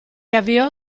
avviò